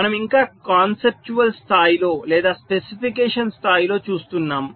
మనము ఇంకా కాన్సెప్టువల్ స్థాయిలో లేదా స్పెసిఫికేషన్ స్థాయిలో చూస్తున్నాము